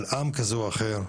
על עם כזה או אחר,